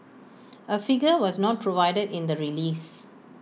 A figure was not provided in the release